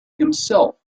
himself